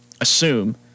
assume